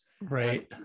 right